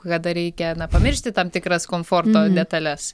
kada reikia na pamiršti tam tikras komforto detales